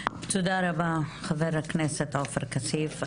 תודה רבה, חבר הכנסת עופר כסיף.